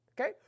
Okay